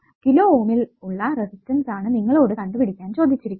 kilo Ω ഇൽ ഉള്ള resistance ആണ് നിങ്ങളോടു കണ്ടുപിടിക്കാൻ ചോദിച്ചിരിക്കുന്നത്